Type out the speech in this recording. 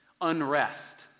unrest